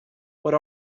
what